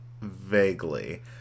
vaguely